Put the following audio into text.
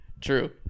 True